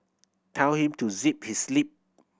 tell him to zip his lip